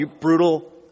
brutal